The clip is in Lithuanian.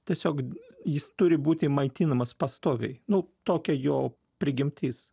tiesiog jis turi būti maitinamas pastoviai nu tokia jo prigimtis